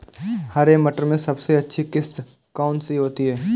हरे मटर में सबसे अच्छी किश्त कौन सी होती है?